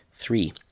Three